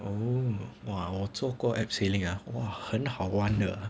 oh !wow! 我做过 abseiling ah !wah! 很好玩的